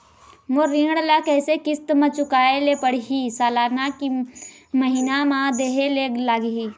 मोर ऋण ला कैसे किस्त म चुकाए ले पढ़िही, सालाना की महीना मा देहे ले लागही?